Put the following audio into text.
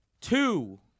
two